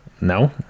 no